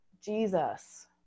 Jesus